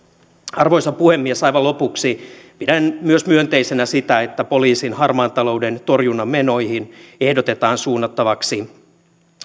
arvoisa puhemies aivan lopuksi pidän myös myönteisenä sitä että poliisin harmaan talouden torjunnan menoihin ehdotetaan suunnattavaksi